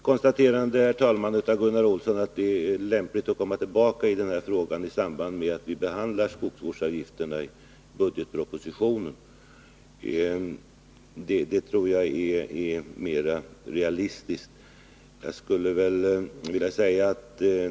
Herr talman! Ja, det är väl ett riktigt konstaterade av Gunnar Olsson att det är lämpligt att komma tillbaka i den här frågan i samband med att vi behandlar skogsvårdsavgifterna i budgetpropositionen. Det tror jag är mera realistiskt.